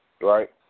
right